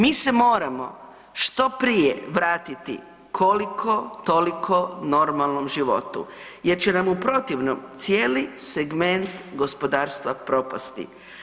Mi se moramo što prije vratiti koliko toliko normalnom životu jer će nam u protivnom cijeli segment gospodarstva propasti.